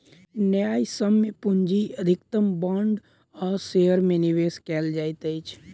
न्यायसम्य पूंजी अधिकतम बांड आ शेयर में निवेश कयल जाइत अछि